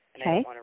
Okay